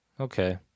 okay